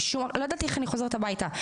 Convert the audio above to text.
לא ידעתי איך אני חוזרת הביתה,